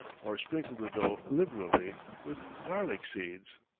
or sprinkle the dough liberally with garlic seeds.